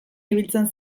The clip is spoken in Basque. ibiltzen